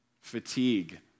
Fatigue